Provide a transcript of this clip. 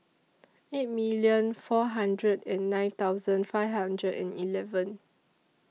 eight million four hundred and nine thousand five hundred and eleven